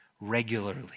regularly